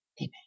Amen